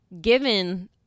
given